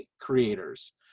creators